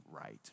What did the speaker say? right